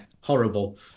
horrible